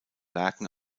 werken